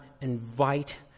invite